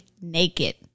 naked